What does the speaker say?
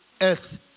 Earth